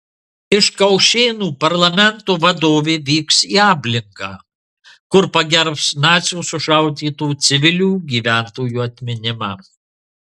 iš kaušėnų parlamento vadovė vyks į ablingą kur pagerbs nacių sušaudytų civilių gyventojų atminimą